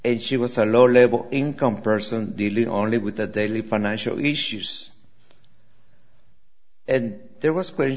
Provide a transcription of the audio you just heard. and she was a low level income person dealing only with the daily financial issues and there was pl